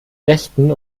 rechten